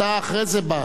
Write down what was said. אתה אחרי זה בא.